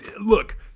look